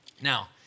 Now